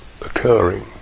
occurring